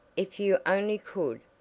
if you only could,